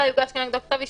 אלא יוגש נגדו כתב אישום,